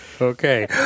Okay